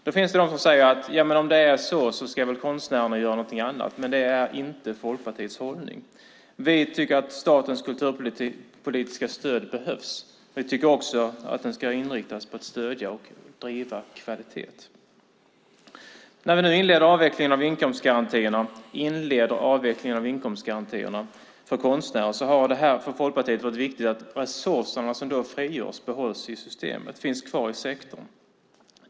Då finns det de som säger att om det är så ska konstnärerna göra någonting annat. Men det är inte Folkpartiets hållning. Vi tycker att statens kulturpolitiska stöd behövs. Vi tycker också att man ska inrikta sig på att stödja och driva fram kvalitet. När vi nu inleder avvecklingen av inkomstgarantierna för konstnärer har det varit viktigt för Folkpartiet att de resurser som då frigörs behålls i systemet och finns kvar i sektorn.